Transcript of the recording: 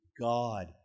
God